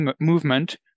movement